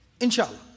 inshallah